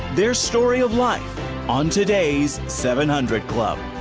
their story of life on today's seven hundred club.